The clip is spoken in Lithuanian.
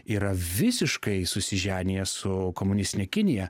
yra visiškai susiženiję su komunistine kinija